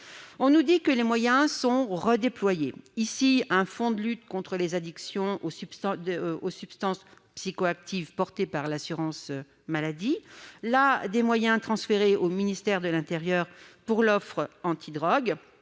On nous dit que les moyens sont redéployés : ici un fonds de lutte contre les addictions aux substances psychoactives porté par l'assurance maladie, là des moyens transférés au ministère de l'intérieur pour l'Office